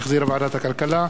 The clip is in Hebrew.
שהחזירה ועדת הכלכלה,